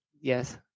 Yes